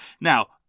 Now